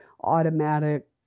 automatic